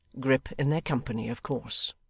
grip in their company, of course.